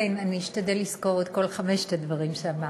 אני אשתדל לזכור את כל חמשת הדברים שאמרת,